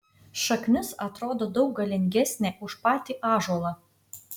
šaknis atrodo daug galingesnė už patį ąžuolą